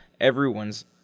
everyone's